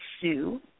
sue